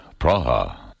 Praha